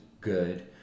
good